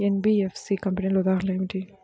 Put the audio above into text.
NBFC కంపెనీల ఉదాహరణ ఏమిటి?